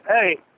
Hey